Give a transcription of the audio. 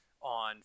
on